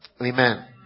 Amen